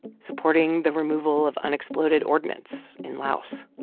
supporting the removal of unexploded ordnance in laos,